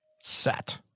set